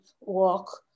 walk